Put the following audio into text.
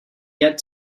yet